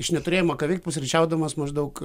iš neturėjimo ką veikt pusryčiaudamas maždaug